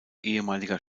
ehemaliger